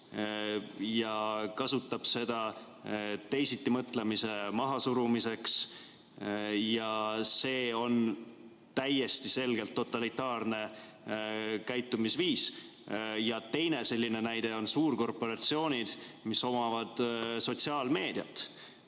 ta kasutab seda teisitimõtlemise mahasurumiseks. See on täiesti selgelt totalitaarne käitumisviis. Teine selline näide on suurkorporatsioonid, mis omavad sotsiaalmeediat,